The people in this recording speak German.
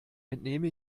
entnehme